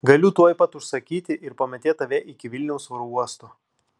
galiu tuoj pat užsakyti ir pamėtėt tave iki vilniaus oro uosto